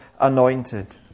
anointed